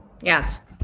Yes